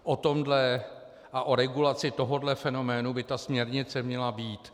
O tomhle a o regulaci tohohle fenoménu by ta směrnice měla být.